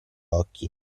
occhi